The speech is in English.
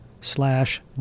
slash